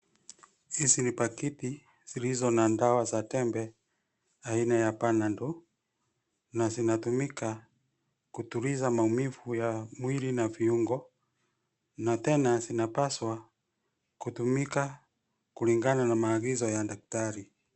Hizi ni paketi, zilizo na dawa za tembe, aina ya Panadol , na zinatumika, kutuliza maumivu ya mwili na viungo, na tena zinapaswa, kutumika, kulingana na maagizo ya daktari.